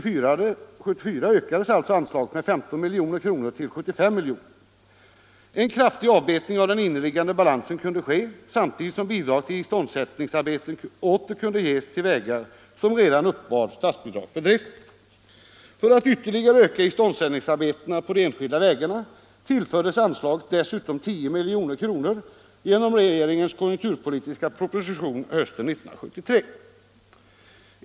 För budgetåret 1973/74 ökades alltså anslaget med 15 milj.kr. till 75 milj.kr. En kraftig avbetning av den inneliggande balansen kunde ske samtidigt som bidrag till iståndsättningsarbeten åter kunde ges för vägar som redan uppbar statsbidrag för driften. För att ytterligare öka iståndsättningsarbetena på de enskilda vägarna tillfördes anslaget dessutom 10 milj.kr. genom regeringens konjunkturpolitiska proposition hösten 1973.